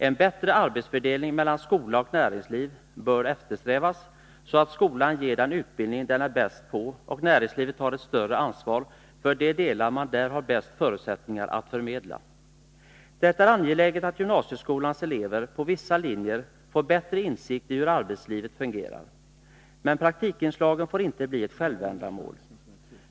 En bättre arbetsfördelning mellan skola och näringsliv bör eftersträvas, så att skolan ger den utbildning den är bäst på och näringslivet tar ett större ansvar för de delar man där har bäst förutsättningar att förmedla. Det är angeläget att gymnasieskolans elever på vissa linjer får bättre insikt i hur arbetslivet fungerar, men praktikinslagen får inte bli ett självändamål.